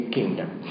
Kingdom